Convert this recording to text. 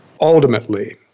ultimately